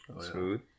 smooth